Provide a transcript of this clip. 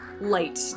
light